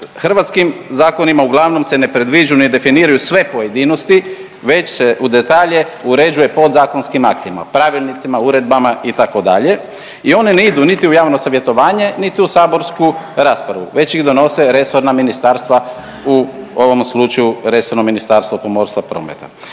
hrvatskim zakonima uglavnom se ne predviđu ni definiraju sve pojedinosti već se u detalje određuje podzakonskim aktima, pravilnicima, uredba itd. i one ne idu niti u javno savjetovanje, niti u saborsku raspravu već ih donose resorna ministarstva u ovom slučaju resorno Ministarstvo pomorstva, prometa.